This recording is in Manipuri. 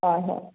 ꯑꯥ ꯍꯣꯏ